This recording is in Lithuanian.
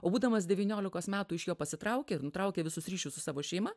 o būdamas devyniolikos metų iš jo pasitraukė ir nutraukė visus ryšius su savo šeima